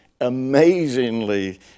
amazingly